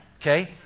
okay